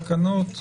תקנות.